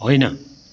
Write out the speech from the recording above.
होइन